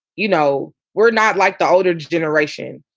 you know, we're not like the older generation.